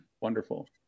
wonderful